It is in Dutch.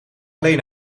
alleen